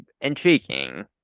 intriguing